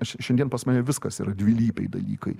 aš šiandien pas mane viskas yra dvilypiai dalykai